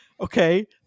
Okay